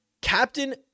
Captain